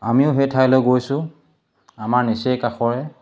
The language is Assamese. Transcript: আমিও সেই ঠাইলৈ গৈছোঁ আমাৰ নিচেই কাষৰে